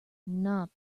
not